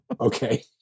Okay